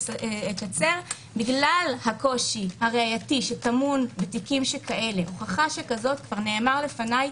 בגלל הקושי הראייתי שטמון בתיקים שכאלה כבר נאמר לפניי,